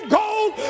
gold